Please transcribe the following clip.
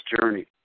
journey